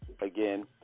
again